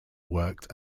worked